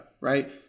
right